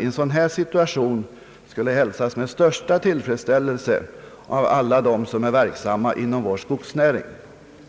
i en sådan här situation skulle hälsas med största tillfredsställelse av alla de som är verksamma inom vår skogsnäring.